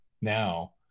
now